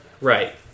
Right